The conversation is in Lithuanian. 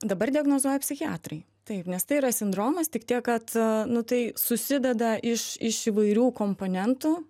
dabar diagnozuoja psichiatrai taip nes tai yra sindromas tik tiek kad nu tai susideda iš iš įvairių komponentų